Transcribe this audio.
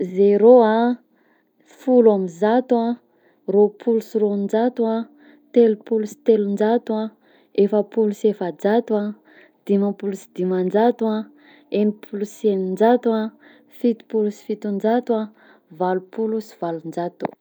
Zero a, folo amby zato a, roapolo sy roanjato a, telopolo sy telonjato a, efapolo sy efajato a, dimampolo sy dimanjato a, enipolo sy aninjato a, fitopolo sy fitonjato a, valopolo sy valonjato a, sivifolo sy sivinjato a, zato sy arivo.